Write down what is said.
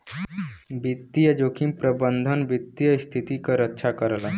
वित्तीय जोखिम प्रबंधन वित्तीय स्थिति क रक्षा करला